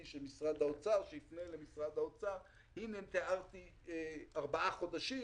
של משרד האוצר כדי שיפנה למשרד האוצר וזה יארך ארבעה חודשים,